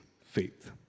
faith